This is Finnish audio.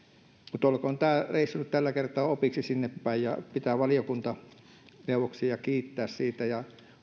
mutta olkoon tämä reissu nyt tällä kertaa opiksi sinne päin ja pitää valiokuntaneuvoksia ja